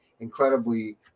incredibly